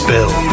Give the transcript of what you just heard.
Bill